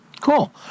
Cool